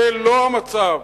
זה לא המצב.